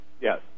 Yes